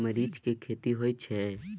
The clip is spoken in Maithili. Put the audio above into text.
मरीच के खेती होय छय?